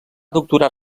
doctorar